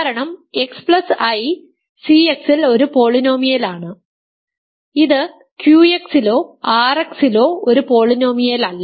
കാരണം Xi CX ൽ ഒരു പോളിനോമിയലാണ് ഇത് QX ലോ RX ലോ ഒരു പോളിനോമിയലല്ല